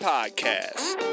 Podcast